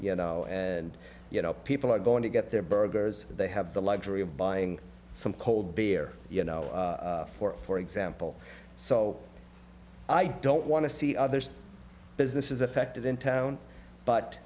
you know and you know people are going to get their burgers they have the luxury of buying some cold beer you know for for example so i don't want to see other's business is affected in town but